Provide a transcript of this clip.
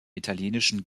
italienischen